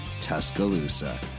Tuscaloosa